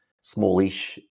smallish